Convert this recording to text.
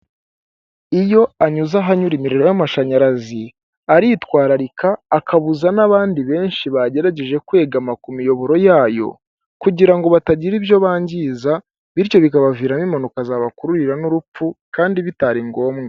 Iyo anyuze ahanyura imiriro y'amashanyarazi, aritwararika akabuza n'abandi benshi bagerageje kwegama ku miyoboro yayo kugira ngo batagira ibyo bangiza bityo bikabaviramo impanuka zabakururira n'urupfu kandi bitari ngombwa.